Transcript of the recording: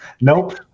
nope